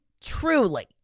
truly